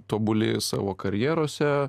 tobuli savo karjerose